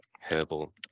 herbal